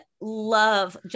love